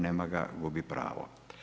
Nema ga, gubi pravo.